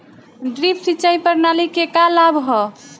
Drip सिंचाई प्रणाली के का लाभ ह?